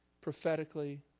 prophetically